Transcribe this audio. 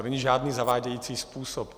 To není žádný zavádějící způsob.